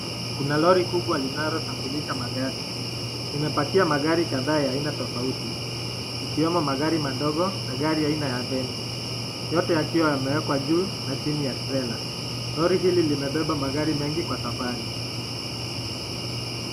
Kuna lori kubwa linalosafirisha magari. Limepakia magari kadhaa ya aina tofauti ikiwemo magari madogo na gari aina ya veni, yote yakiwa yameekwa juu na chini ya trela. lori hili limebeba magari mengi kwa safari.